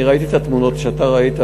אני ראיתי את התמונות שאתה ראית,